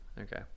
Okay